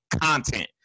content